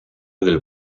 del